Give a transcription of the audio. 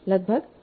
लगभग 2 सप्ताह